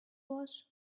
was